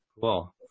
cool